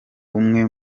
umwe